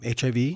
HIV